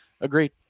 Agreed